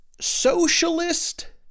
socialist